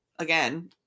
again